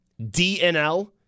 DNL